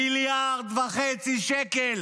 מיליארד וחצי שקל